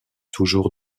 toujours